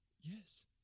Yes